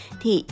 thì